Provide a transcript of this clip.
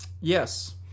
Yes